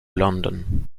london